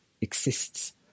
exists